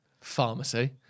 pharmacy